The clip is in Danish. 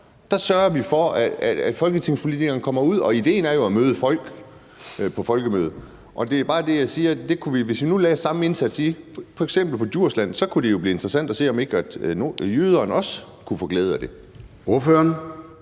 sørger for, at folketingspolitikerne kommer ud. Og idéen er jo at møde folk på folkemødet. Og det er bare det, jeg siger. Hvis vi nu lagde samme indsats f.eks. på Djursland, kunne det jo blive interessant at se, om ikke jyderne også kunne få glæde af det. Kl.